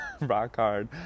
rock-hard